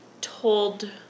told